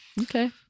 okay